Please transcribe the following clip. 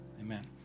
Amen